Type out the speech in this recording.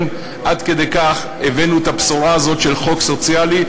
עד כדי כך הבאנו את הבשורה הזאת של חוק סוציאלי,